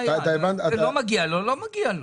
בדק ומגיע לו,